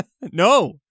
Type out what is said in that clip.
no